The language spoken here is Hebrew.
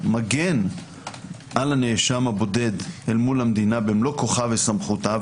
מגן על הנאשם הבודד אל מול המדינה במלוא כוחה וסמכותה,